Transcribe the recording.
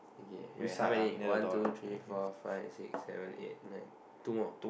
okay wait how many one two three four five six seven eight nine two more